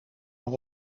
maar